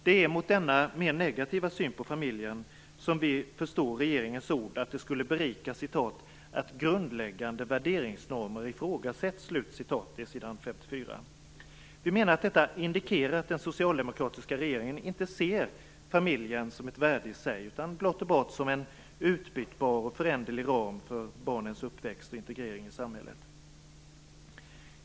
Det är mot denna negativa syn på familjen som vi förstår regeringens ord att det skulle berika "att grundläggande värderingsnormer ifrågasätts", som det står på s. 54. Vi menar att detta indikerar att den socialdemokratiska regeringen inte ser familjen som ett värde i sig, utan blott och bart som en utbytbar och föränderlig ram för barnens uppväxt och integrering i samhället.